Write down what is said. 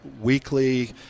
weekly